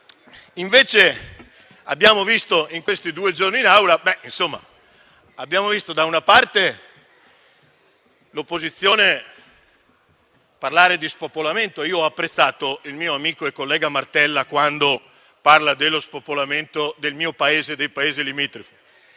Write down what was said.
taluni temi. In questi due giorni in Assemblea abbiamo sentito, da una parte, l'opposizione parlare di spopolamento. Io ho apprezzato il mio amico e collega Martella quando ha parlato dello spopolamento del mio paese e dei paesi limitrofi.